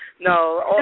no